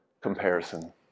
comparison